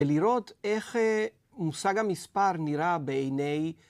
ולראות איך מושג המספר נראה בעיני..